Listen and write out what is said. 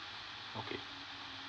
okay